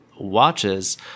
watches